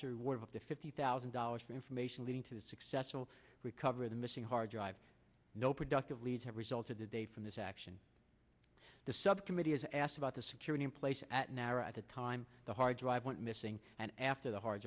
a reward of up to fifty thousand dollars for information leading to the successful recovery the missing hard drive no productive leads have resulted today from this action the subcommittee is asked about the security in place at narrow at the time the hard drive went missing and after the hard